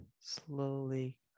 Slowly